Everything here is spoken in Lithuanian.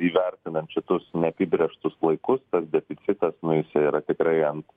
įvertinant šitus neapibrėžtus laikus tas deficitas nu jisai yra tikrai ant